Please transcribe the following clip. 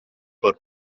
for